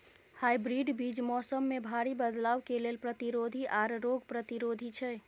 hybrid बीज मौसम में भारी बदलाव के लेल प्रतिरोधी आर रोग प्रतिरोधी छै